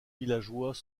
villageois